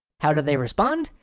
how do they respond?